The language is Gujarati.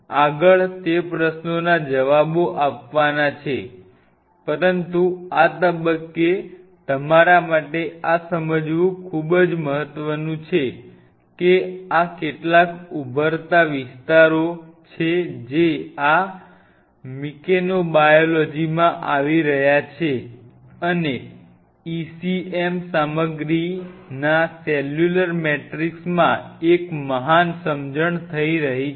આગળ તે પ્રશ્નોના જવાબો આપવાના છે પરંતુ આ તબક્કે તમારા માટે આ સમજવું ખૂબ જ મહત્વનું છે કે આ કેટલાક ઉભરતા વિસ્તારો છે જે આ મિકેનોબાયોલોજીમાં આવી રહ્યા છે અને ECM સામગ્રીના સેલ્યુલર કેમેસ્ટ્રિમાં એક મહાન સમજણ થઈ રહી છે